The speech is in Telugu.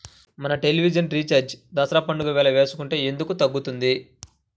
మన టెలివిజన్ రీఛార్జి దసరా పండగ వేళ వేసుకుంటే ఎందుకు తగ్గుతుంది?